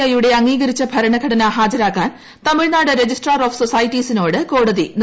ഐയുടെ അംഗീകരിച്ചു ഭരണഘടന ഹാജരാക്കാൻ തമിഴ്നാട് രജിസ്ട്രാർ ഓഫ് സോസൈറ്റീസിനോട് കോടതി നിർദ്ദേശിച്ചു